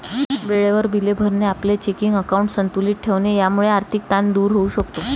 वेळेवर बिले भरणे, आपले चेकिंग अकाउंट संतुलित ठेवणे यामुळे आर्थिक ताण दूर होऊ शकतो